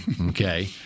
Okay